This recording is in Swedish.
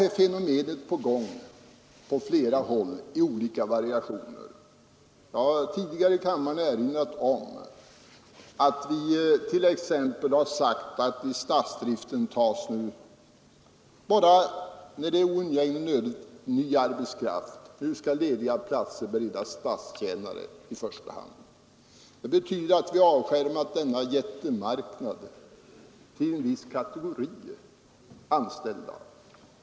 Detta fenomen finns på flera håll i olika variationer. Jag har tidigare i kammaren erinrat om att vi inom statsdriften bara tar emot ny arbetskraft när det är oundgängligen nödvändigt; nu skall lediga platser i första hand beredas statstjänare. Det betyder att vi avskärmat denna jättemarknad för en viss kategori anställda.